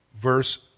verse